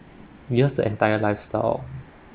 just entire lifestyle